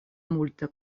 multe